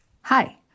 Hi